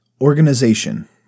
Organization